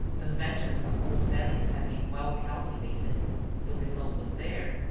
the vengeance of old felix had been well calculated the result was there.